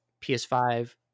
PS5